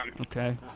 Okay